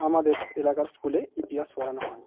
আমাদের এলাকার স্কুলে ইতিহাস পড়ানো হয়